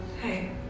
Hey